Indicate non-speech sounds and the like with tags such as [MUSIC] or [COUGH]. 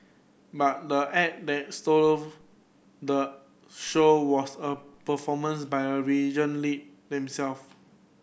but the act that stole the show was a performance by a region lead them [UNINTELLIGIBLE]